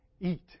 eat